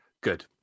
Good